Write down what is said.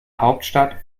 hauptstadt